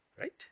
Right